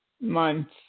months